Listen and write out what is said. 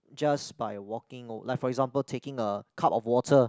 just by walking like for example taking a cup of water